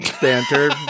banter